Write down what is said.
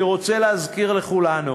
אני רוצה להזכיר לכולנו